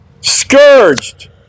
scourged